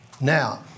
now